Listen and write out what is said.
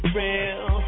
real